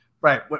Right